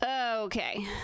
Okay